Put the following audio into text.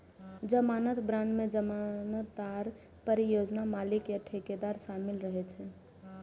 जमानत बांड मे जमानतदार, परियोजना मालिक आ ठेकेदार शामिल रहै छै